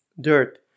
dirt